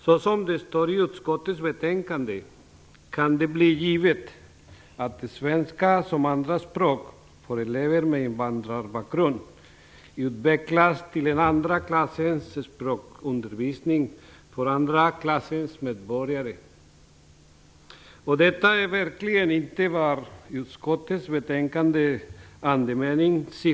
Enligt utskottets betänkande kan det bli givet att svenska som andraspråk för elver med invandrarbakgrund utvecklas till en andra klassens språkundervisning för andraklassens medborgare. Detta är verkligen inte andemeningen i utskottets betänkande.